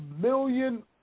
million